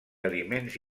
aliments